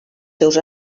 seus